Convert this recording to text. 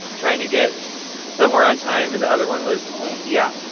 trying to get somewhere on time. and the other one was yeah.